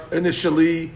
initially